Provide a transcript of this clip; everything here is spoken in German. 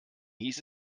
hieß